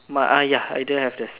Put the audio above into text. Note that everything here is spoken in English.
my Ayah I don't have the space